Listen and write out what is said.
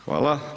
Hvala.